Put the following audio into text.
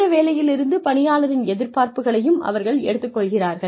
இந்த வேலையிலிருந்து பணியாளரின் எதிர்பார்ப்புகளையும் அவர்கள் எடுத்துக்கொள்கிறார்கள்